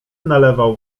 nalewał